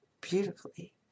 beautifully